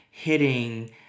hitting